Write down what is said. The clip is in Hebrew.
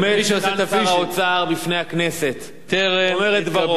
עומד סגן שר האוצר בפני הכנסת ואומר את דברו.